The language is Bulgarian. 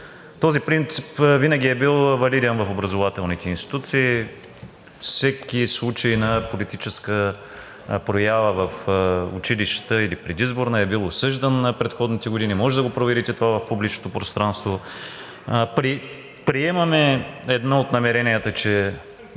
Този принцип винаги е бил валиден в образователните институции. Всеки случай на политическа проява в училищата или предизборна е бил обсъждан предходните години. Може да го проверите това в публичното пространство. Приемаме едно от намеренията, че